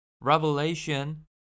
Revelation